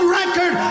record